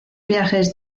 viajes